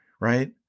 right